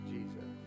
Jesus